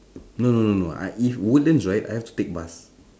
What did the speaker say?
no no no no I if woodlands right I have to take bus